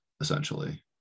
essentially